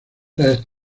las